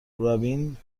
رابین